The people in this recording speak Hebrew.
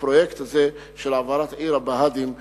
בפרויקט הזה של העברת עיר הבה"דים לדרום.